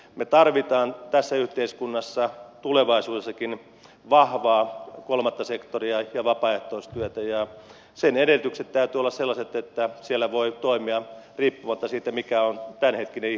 me tarvitsemme tässä yhteiskunnassa tulevaisuudessakin vahvaa kolmatta sektoria ja vapaaehtoistyötä ja sen edellytyksien täytyy olla sellaiset että siellä voi toimia riippumatta siitä mikä on tämänhetkinen ihmisen tilanne